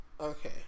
Okay